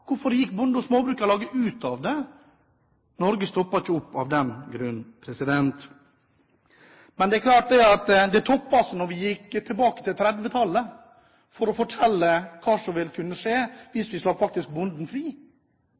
Hvorfor gikk Bonde- og Småbrukarlaget ut av det? Norge stoppet ikke opp av den grunn. Men det er klart at det toppet seg da man gikk tilbake til 1930-tallet og vi ble fortalt hva som ville kunne skje hvis vi faktisk slapp bonden fri.